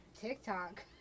TikTok